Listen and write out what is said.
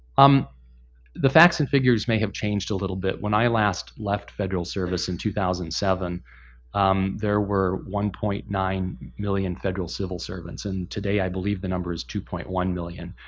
um the facts and figures may have changed a little bit. when i last left federal service in two thousand and seven there were one point nine million federal civil servants, and today i believe the number is two point one million.